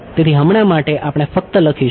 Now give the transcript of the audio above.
તેથી હમણાં માટે આપણે ફક્ત લખીશું